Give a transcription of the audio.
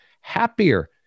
happier